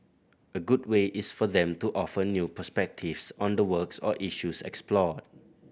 a good way is for them to offer new perspectives on the works or issues explored